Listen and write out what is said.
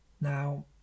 Now